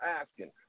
asking